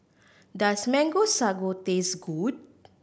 does Mango Sago taste good